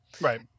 Right